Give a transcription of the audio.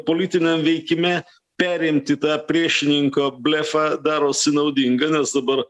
politiniam veikime perimti tą priešininko blefą darosi naudinga nes dabar